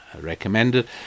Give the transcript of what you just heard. recommended